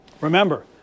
Remember